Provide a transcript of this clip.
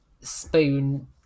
spoon